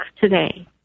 today